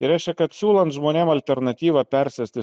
ir reiškia kad siūlant žmonėm alternatyvą persėsti